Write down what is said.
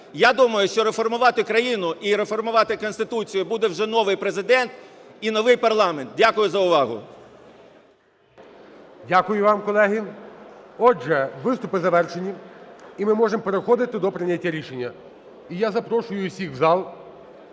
Я думаю, що реформувати країну і реформувати Конституцію буде вже новий Президент і новий парламент. Дякую за увагу. ГОЛОВУЮЧИЙ. Дякую вам, колеги. Отже, виступи завершені, і ми можемо переходити до прийняття рішення. І я запрошую усіх в зал